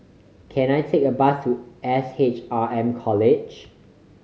can I take a bus to Ace S H R M College